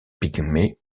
pygmée